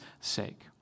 sake